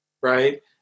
right